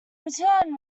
return